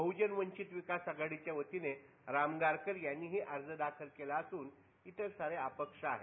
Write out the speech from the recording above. बहजन वंचित विकास आघाडीच्या वतीने राम गारकर यांनीही अर्ज दाखल केला असून इतर सारे अपक्ष आहेत